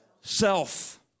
Self